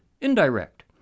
indirect